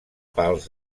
pals